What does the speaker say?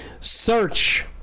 Search